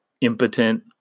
impotent